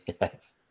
Yes